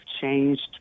changed